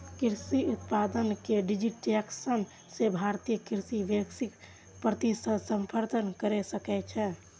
कृषि उत्पाद के डिजिटाइजेशन सं भारतीय कृषि वैश्विक प्रतिस्पर्धा कैर सकै छै